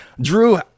Drew